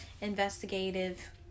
investigative